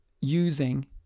using